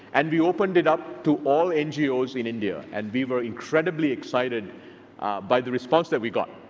and we opened it up to all ngos in india, and we were incredibly excited by the response that we got.